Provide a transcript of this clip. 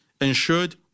ensured